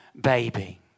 baby